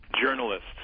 journalists